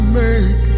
make